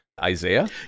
isaiah